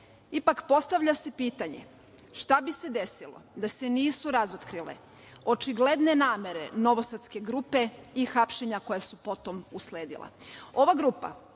Ipak, postavlja se pitanje – šta bi se desilo da se nisu razotkrile očigledne namere novosadske grupe i hapšenja koja su potom usledila?